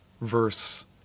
verse